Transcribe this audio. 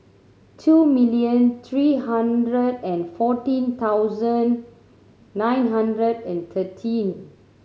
two million three hundred and fourteen thousand nine hundred and thirteen